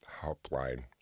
helpline